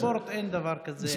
בספורט אין דבר כזה אפליה מתקנת.